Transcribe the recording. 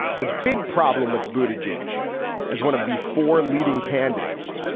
the big problem with booted george as one of the four leading candidates.